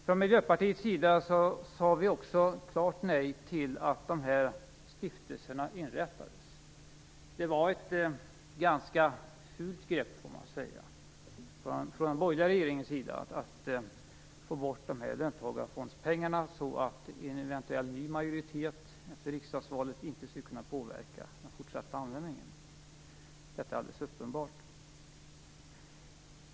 Från miljöpartiets sida sade vi också klart nej till att stiftelserna inrättades. Det var ett ganska fult grepp från den borgerliga regeringen att få bort löntagarfondspengar så att en eventuellt ny majoritet efter riksdagsvalet inte skulle kunna påverka den fortsatta användningen. Detta är alldeles uppenbart.